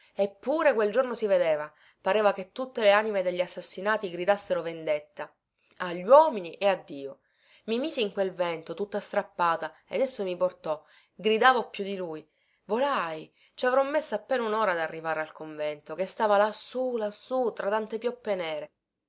eppure quel giorno si vedeva pareva che tutte le anime degli assassinati gridassero vendetta agli uomini e a io i misi in quel vento tutta strappata ed esso mi portò gridavo più di lui volai ci avrò messo appena unora ad arrivare al convento che stava lassù lassù tra tante pioppe nere